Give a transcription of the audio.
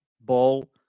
ball